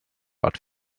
but